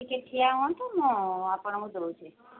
ଟିକେ ଠିଆ ହୁଅନ୍ତୁ ମୁଁ ଆପଣଙ୍କୁ ଦେଉଛି